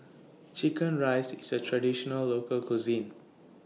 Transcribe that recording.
Chicken Rice IS A Traditional Local Cuisine